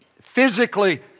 physically